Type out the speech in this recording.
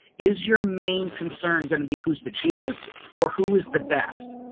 is your main concern going to be who's the cheapest or who's the best?